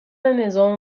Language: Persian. نظام